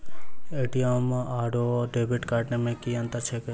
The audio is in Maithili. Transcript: ए.टी.एम आओर डेबिट कार्ड मे की अंतर छैक?